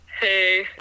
Hey